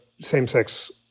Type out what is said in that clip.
same-sex